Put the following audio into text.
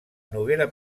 noguera